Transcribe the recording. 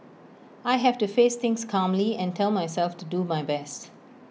I have to face things calmly and tell myself to do my best